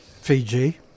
Fiji